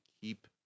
keep